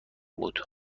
بود